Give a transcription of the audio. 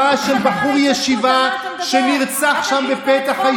שבעה של בחור ישיבה, הליכוד חתם על ההתנתקות.